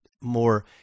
more